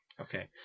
Okay